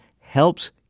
helps